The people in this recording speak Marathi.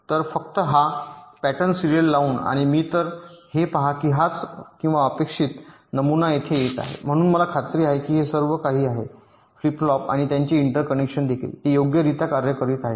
तर फक्त हा पॅटर्न सिरीयल लावून आणि मी तर हे पहा की हाच किंवा अपेक्षित नमुना येथे येत आहे म्हणून मला खात्री आहे की सर्व काही आहे हे फ्लिप फ्लॉप आणि त्यांचे इंटरकनेक्शन देखील ते योग्यरित्या कार्य करीत आहेत